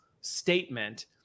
statement